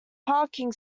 parking